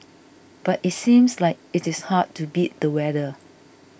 but it seems like it is hard to beat the weather